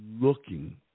looking